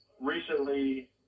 Recently